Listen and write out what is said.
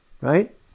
Right